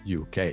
uk